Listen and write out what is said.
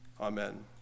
Amen